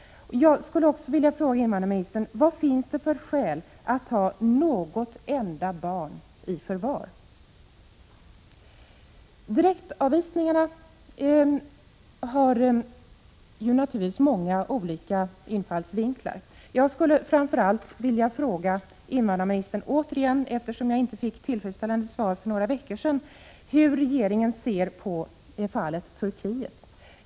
Jag skulle vilja fråga invandrarministern: Vad finns det för skäl att ta något enda barn i förvar? Frågan om direktavvisningarna har naturligtvis många olika infallsvinklar. Jag skulle återigen vilja fråga invandrarministern — eftersom jag inte fick tillfredsställande svar för några veckor sedan — hur regeringen ser på fallet Turkiet.